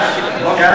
רובי,